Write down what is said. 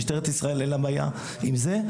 משטרת ישראל אין לה בעיה עם זה.